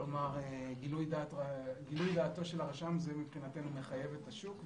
כלומר גילוי דעתו של הרשם זה מבחינתנו מחייב את השוק,